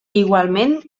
igualment